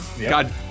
god